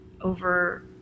over